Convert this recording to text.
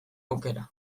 aukera